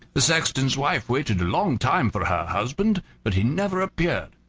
the sexton's wife waited a long time for her husband, but he never appeared.